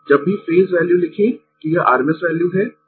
जब भी phase value लिखें कि यह rms वैल्यू है